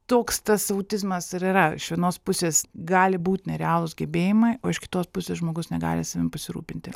toks tas autizmas ir yra iš vienos pusės gali būt nerealūs gebėjimai o iš kitos pusės žmogus negali savim pasirūpinti